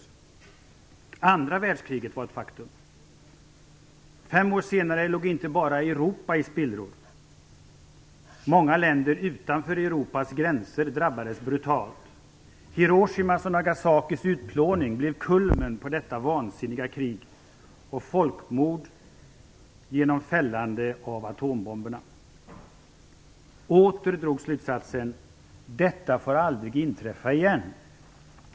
Andra världskriget var ett faktum. Fem år senare låg inte bara Europa i spillror. Många länder utanför Europas gränser drabbades brutalt. Hiroshimas och Nagasakis utplåning blev kulmen på detta vansinniga krig och folkmord genom fällandet av atombomberna. Åter drogs slutsatsen: Detta får aldrig inträffa igen.